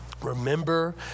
remember